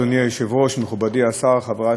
מכובדי השר, חברי חברי הכנסת,